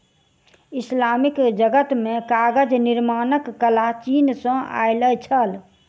Islamic जगत मे कागज निर्माणक कला चीन सॅ आयल छल